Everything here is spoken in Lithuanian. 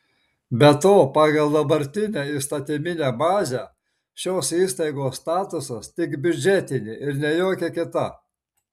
be to pagal dabartinę įstatyminę bazę šios įstaigos statusas tik biudžetinė ir ne jokia kita